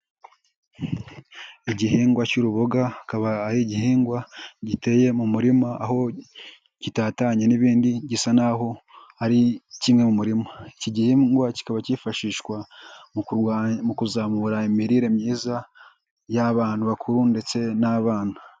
Igihingwa cy'urubuga akaba ari igihingwa giteye mu murima, aho gitatanye n'ibindi, gisa n'aho ari kimwe mu murima, iki gihingwa kikaba cyifashishwa mu kuzamura imirire myiza y'abantu bakuru ndetse n'abana.